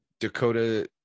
Dakota